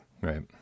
right